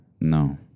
No